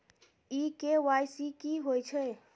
इ के.वाई.सी की होय छै?